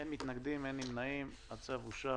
הצבעה בעד, 3 נגד, אין נמנעים, אין הצו אושר